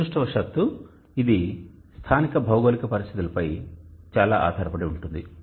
దురదృష్టవశాత్తు ఇది స్థానిక భౌగోళిక పరిస్థితులపై చాలా ఆధారపడి ఉంటుంది